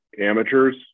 amateurs